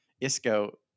Isco